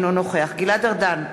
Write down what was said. אינו נוכח גלעד ארדן,